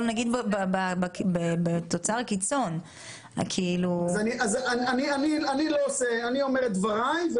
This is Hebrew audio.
בתוצר קיצון --- אני אומר את דבריי,